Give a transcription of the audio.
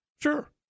Sure